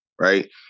right